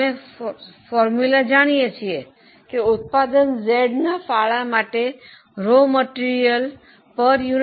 અમે સૂત્ર જાણીએ છીએ કે ઉત્પાદન Z ફાળા માટે કાચા માલના વપરાશ દીઠ 0